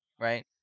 right